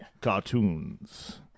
cartoons